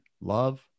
love